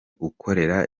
ukorera